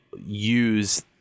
use